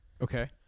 Okay